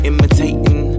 Imitating